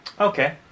Okay